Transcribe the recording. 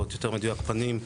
כמה ניסיונות גניבת זהות,